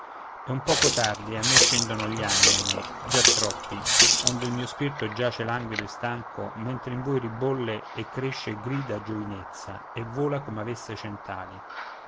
è un poco tardi e a me scendono gli anni ahimè già troppi onde il mio spirto giace languido e stanco mentre in voi ribolle e cresce e grida giovinezza e vola come avesse